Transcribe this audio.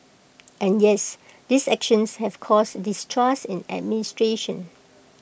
and yes these actions have caused distrust in administration